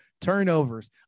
turnovers